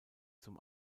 zum